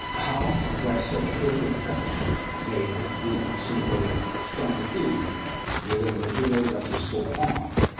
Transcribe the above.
how were such perfect cuts made with simple stone tools with a material that is so hard?